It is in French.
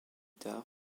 tard